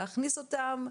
להכניס אותם,